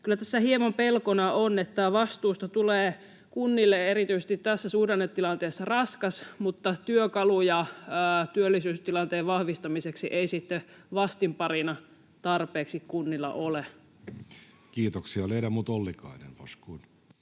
kyllä tässä hieman pelkona on, että vastuusta tulee kunnille erityisesti tässä suhdannetilanteessa raskas mutta työkaluja työllisyystilanteen vahvistamiseksi ei sitten vastinparina tarpeeksi kunnilla ole. [Speech 354] Speaker: Jussi